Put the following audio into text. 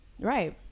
Right